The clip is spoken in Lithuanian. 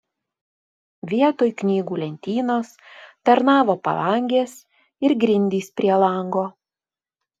vietoj knygų lentynos tarnavo palangės ir grindys prie lango